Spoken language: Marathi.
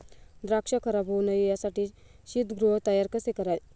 द्राक्ष खराब होऊ नये यासाठी शीतगृह तयार कसे करावे?